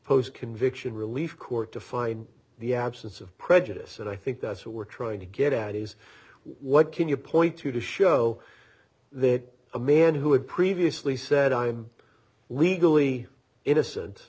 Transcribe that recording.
post conviction relief court to find the absence of prejudice and i think that's what we're trying to get out is what can you point to to show that a man who had previously said i'm legally innocent